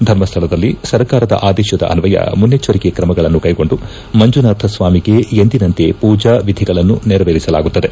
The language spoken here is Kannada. ಧರ್ಮಸ್ಥಳದಲ್ಲಿ ಸರಕಾರದ ಆದೇಶದಸ್ವಯ ಮುನ್ನೆಚ್ದರಿಕೆ ಕ್ರಮಗಳನ್ನು ಕೈಗೊಂಡು ಮಂಜುನಾಥಸ್ವಾಮಿಗೆ ಎಂದಿನಂತೆ ಪೂಜಾ ವಿಧಿಗಳನ್ನು ನೆರವೇರಿಸಲಾಗುತ್ತದೆ